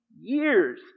years